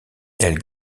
elle